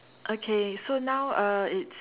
okay so now uh it's